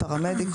פרמדיק,